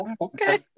okay